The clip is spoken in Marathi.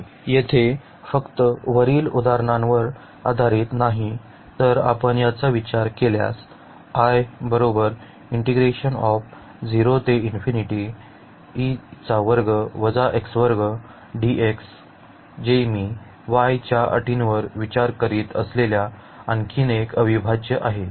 येथे फक्त वरील उदाहरणांवर आधारित नाही तर आपण याचा विचार केल्यास जे मी y च्या अटींवर विचार करीत असलेल्या आणखी एक अविभाज्य आहे